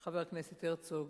חבר הכנסת הרצוג,